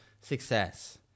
success